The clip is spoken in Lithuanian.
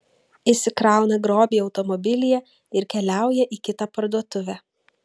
išsikrauna grobį automobilyje ir keliauja į kitą parduotuvę